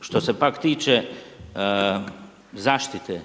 Što se pak tiče zaštite